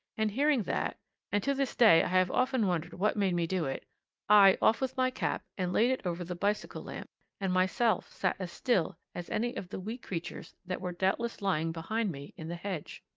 and hearing that and to this day i have often wondered what made me do it i off with my cap, and laid it over the bicycle-lamp, and myself sat as still as any of the wee creatures that were doubtless lying behind me in the hedge.